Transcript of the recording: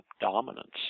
dominance